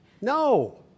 No